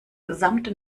gesamte